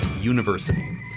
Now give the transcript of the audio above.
University